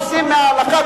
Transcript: עושים הלכה,